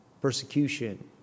persecution